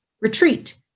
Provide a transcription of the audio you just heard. retreat